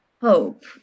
hope